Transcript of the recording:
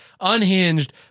Unhinged